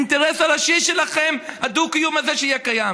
האינטרס הראשי שלכם הוא שיהיה קיים